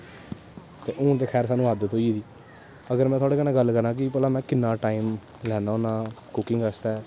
ते हून ते खैर सानूं आदत होई गेदी अगर में थुआढ़े कन्नै गल्ल करां कि भला में किन्ना टाइम लैन्ना होन्ना कुकिंग आस्तै